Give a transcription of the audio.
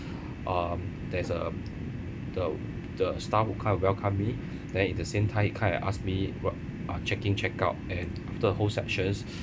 um there's a the the staff who come and welcome me then at the same time he come and asked me what uh check in check out and after a whole